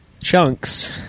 chunks